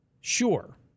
Sure